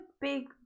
big